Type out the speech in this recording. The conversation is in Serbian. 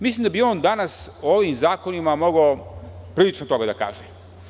Mislim da bi on danas ovim zakonima mogao prilično toga da kaže.